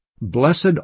Blessed